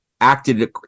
acted